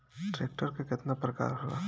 Tractor के केतना प्रकार होला?